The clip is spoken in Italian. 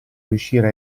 riuscire